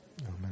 Amen